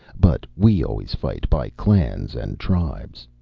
but we always fight by clans and tribes.